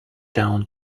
down